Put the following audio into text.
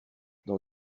dans